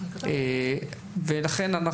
ולכן,